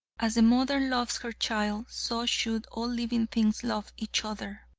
as the mother loves her child, so should all living things love each other.